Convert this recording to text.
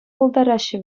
пултараҫҫӗ